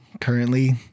Currently